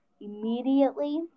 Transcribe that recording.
Immediately